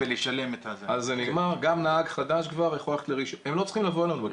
אז זה נגמר, הם לא צריכים לבוא אלינו.